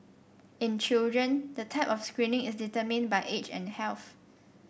in children the type of screening is determined by age and health